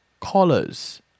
colors